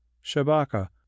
shabaka